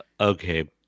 Okay